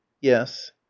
Yes